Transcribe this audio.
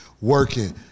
working